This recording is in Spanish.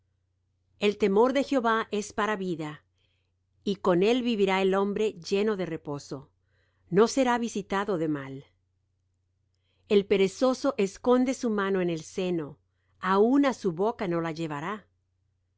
el temor de jehová es para vida y con él vivirá el hombre lleno de reposo no será visitado de mal el perezoso esconde su mano en el seno aun á su boca no la llevará